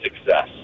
success